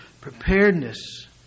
preparedness